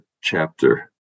chapter